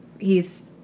hes